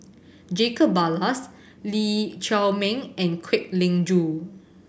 Jacob Ballas Lee Chiaw Meng and Kwek Leng Joo